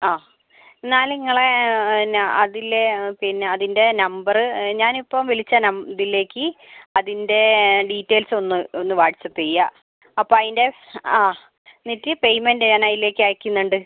ആ എന്നാൽ ഇങ്ങളെ പിന്നെ അതിലെ പിന്നെ അതിൻ്റെ നമ്പർ ഞാനിപ്പോൾ വിളിച്ച നം ഇതിലേക്ക് അതിൻ്റെ ഡീറ്റെയിൽസ് ഒന്നു ഒന്ന് വാട്സ്ആപ്പ് ചെയ്യുക അപ്പോൾ അതിന്റെ ആ എന്നിട്ട് പേയ്മെൻ്റ് ഞാൻ അതിലേക്ക് അയയ്ക്കുന്നുണ്ട്